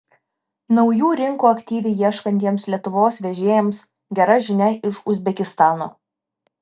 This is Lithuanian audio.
naujų rinkų aktyviai ieškantiems lietuvos vežėjams gera žinia iš uzbekistano